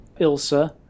ilsa